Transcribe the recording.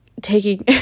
taking